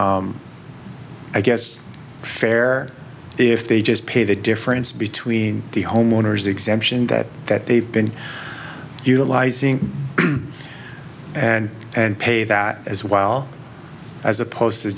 i guess fair if they just pay the difference between the homeowner's exemption that that they've been utilizing and and pay that as well as opposed to